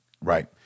Right